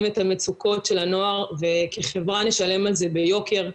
והמצוקות של הנוער וכחברה נשלם על זה ביוקר,